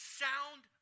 sound